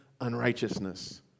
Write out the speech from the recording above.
unrighteousness